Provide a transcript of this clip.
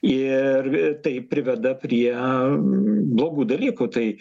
ir tai priveda prie blogų dalykų tai